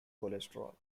cholesterol